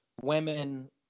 women